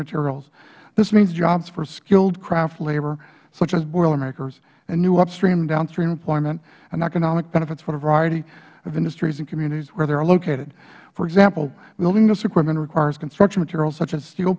materials this means jobs for skilled craft labor such as boilermakers and new upstream and downstream employment and economic benefits for a variety of industries and communities where they are located for example building this equipment requires construction materials such as steel